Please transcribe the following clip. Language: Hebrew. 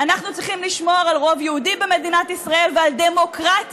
אנחנו צריכים לשמור על רוב יהודי במדינת ישראל ועל דמוקרטיה,